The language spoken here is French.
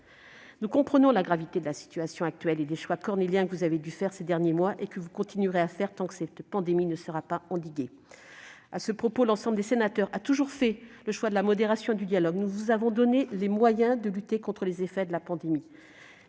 Nous comprenons la gravité de la situation actuelle et des choix cornéliens que vous avez dû faire ces derniers mois, et que vous continuerez à faire tant que cette pandémie ne sera pas endiguée. À cet égard, le Sénat a toujours fait le choix de la modération et du dialogue. Nous vous avons donné les moyens de lutter contre les effets de la pandémie.